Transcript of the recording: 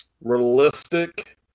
realistic